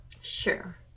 Sure